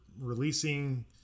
releasing